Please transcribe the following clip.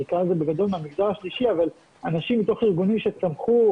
נקרא לזה בגדול מהמגזר השלישי אבל אנשים מתוך ארגונים שצמחו,